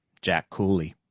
jack kooley,